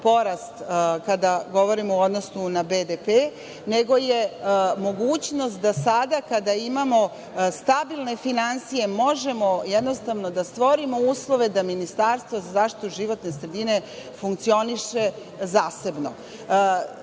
kada govorimo u odnosu na BDP, nego je mogućnost da sada, kada imamo stabilne finansije, možemo da stvorimo uslove da ministarstvo za zaštitu životne sredine funkcioniše zasebno. Istine